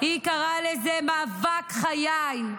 היא קראה לזה "מאבק חיי"